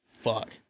Fuck